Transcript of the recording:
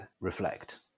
Reflect